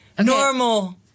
normal